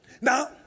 Now